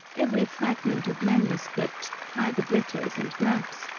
every fragment of manuscript, private letters, and maps,